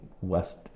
West